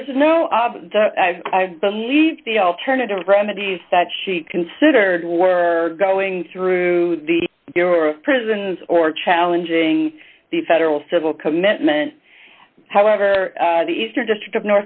there is no i believe the alternative remedies that she considered were going through the door of prisons or challenging the federal civil commitment however the eastern district